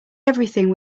everything